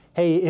hey